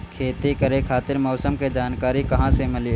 खेती करे खातिर मौसम के जानकारी कहाँसे मिलेला?